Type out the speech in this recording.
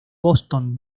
boston